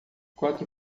quatro